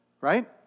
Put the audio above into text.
right